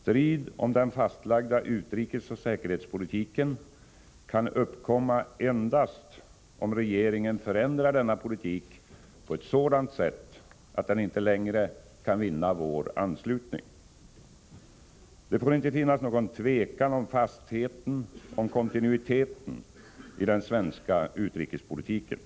Strid om den fastlagda utrikesoch säkerhetspolitiken kan uppkomma endast om regeringen förändrar denna politik på ett sådant sätt att den inte längre kan vinna vår anslutning. Det får inte finnas någon tvekan om fastheten och kontinuiteten i den svenska utrikespolitiken.